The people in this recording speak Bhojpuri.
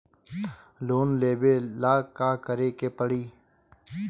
लोन लेबे ला का करे के पड़ी?